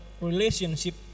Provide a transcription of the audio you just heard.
relationship